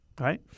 right